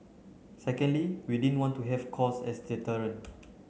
secondly we didn't want to have cost as deterrent